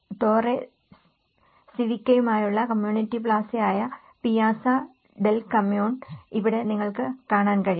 Torre സിവിക്കയുമായുള്ള community പ്ലാസയായ Piazza del Comune ഇവിടെ നിങ്ങൾക്ക് കാണാൻ കഴിയും